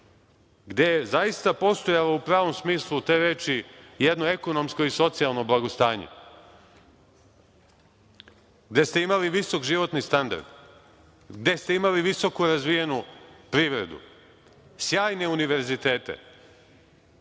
gde je zaista postojalo u pravom smislu te reči jedno ekonomsko i socijalnoj blagostanje, gde se imali visok životni standard, gde ste imali visoko razvijenu privredu, sjajne univerzitete,